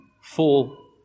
full